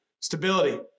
Stability